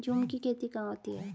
झूम की खेती कहाँ होती है?